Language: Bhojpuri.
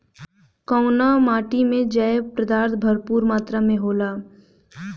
कउना माटी मे जैव पदार्थ भरपूर मात्रा में होला?